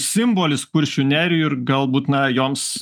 simbolis kuršių nerijų ir galbūt na joms